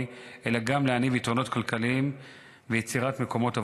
אלא גם להניב יתרונות כלכליים ויצירת מקומות עבודה.